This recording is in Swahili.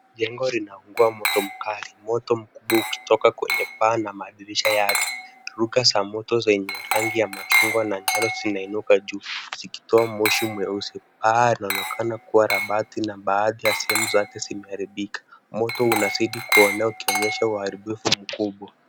Jengo linaungua moto mkali. Moto mkubwa ukitoka kwenye paa na madirisha yake. Turuka za moto zenye rangi ya machungwa na njano zinainuka juu, zikitoa moshi mweusi. Paa linaonekana kuwa la bati na sehemu zake zimeharibika. Moto unazidi kuenea ukionyesha uharibifu mkubwa.